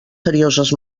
serioses